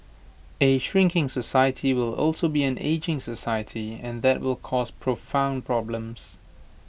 A shrinking society will also be an ageing society and that will cause profound problems